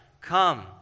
Come